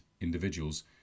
individuals